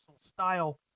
style